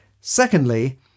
secondly